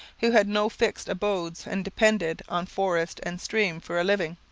who had no fixed abodes and depended on forest and stream for a living.